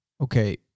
Okay